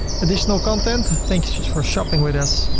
additional content thank you for shopping with us,